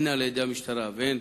הן על-ידי המשטרה והן